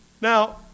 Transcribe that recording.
Now